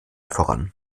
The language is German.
voran